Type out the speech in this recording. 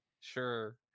Sure